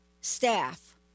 staff